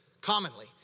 commonly